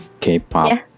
K-pop